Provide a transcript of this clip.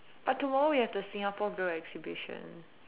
but tomorrow we have the Singapore grill exhibition